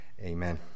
Amen